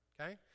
okay